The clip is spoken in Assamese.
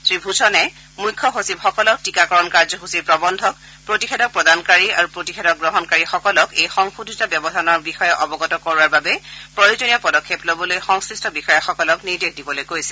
শ্ৰী ভূষণে মুখ্য সচিবসকলক টীকাকৰণ কাৰ্যসূচীৰ প্ৰৱন্ধক প্ৰতিষেধক প্ৰদানকাৰি আৰু প্ৰতিষেধক গ্ৰহণকাৰীসকলক এই সংশোধিত ব্যৱধানৰ বিষয়ে অৱগত কৰোৱাৰ বাবে প্ৰয়োজনীয় পদক্ষেপ লবলৈ সংশ্লিষ্ট বিষয়াসকলক নিৰ্দেশ দিবলৈ কৈছে